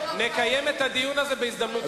נקיים את הדיון הזה בהזדמנות אחרת.